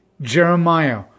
jeremiah